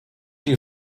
you